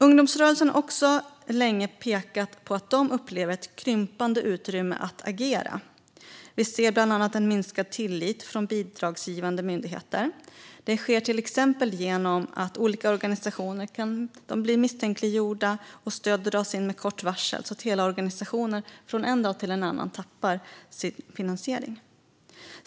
Ungdomsrörelsen har också länge pekat på att de upplever ett krympande utrymme att agera. Vi ser bland annat en minskad tillit från bidragsgivande myndigheter. Det sker till exempel genom att olika organisationer misstänkliggörs och stöd dras in med kort varsel, så att hela organisationer från en dag till en annan tappar sin finansiering.